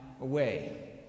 away